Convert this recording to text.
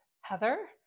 Heather